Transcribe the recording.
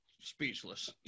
Speechless